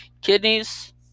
Kidneys